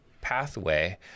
pathway